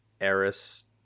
Eris